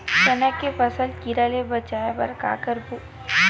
चना के फसल कीरा ले बचाय बर का करबो?